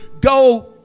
go